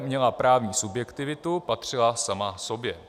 Kaple měla právní subjektivitu, patřila sama sobě.